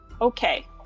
Okay